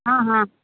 हाँ हाँ